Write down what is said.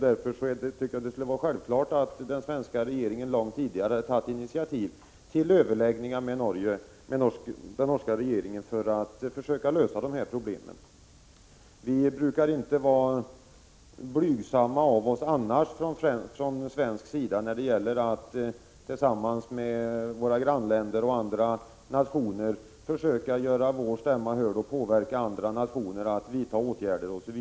Därför borde den svenska regeringen självfallet långt tidigare ha tagit initiativ till överläggningar med den norska regeringen för att försöka lösa problemen. Från svensk sida brukar vi annars inte vara blygsamma av oss när det gäller att försöka göra vår stämma hörd och påverka andra länder att vidta åtgärder.